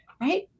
Right